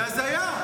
זה הזיה.